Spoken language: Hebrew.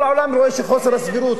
כל העולם רואה שחוסר הסבירות,